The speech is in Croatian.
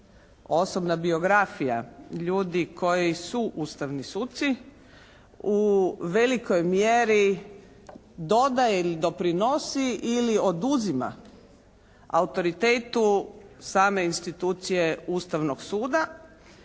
osobna biografija ljudi koji su ustavni suci u velikoj mjeri dodaje ili doprinosi ili oduzima autoritetu same institucije Ustavnog suda